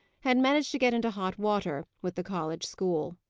had managed to get into hot water with the college school.